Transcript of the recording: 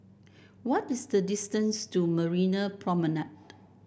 what is the distance to Marina Promenade